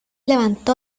levantó